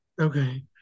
Okay